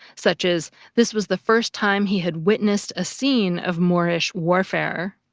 such as this was the first time he had witnessed a scene of moorish warfare.